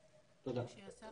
פרופ' חאיק.